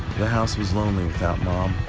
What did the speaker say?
the house was lonely without mom.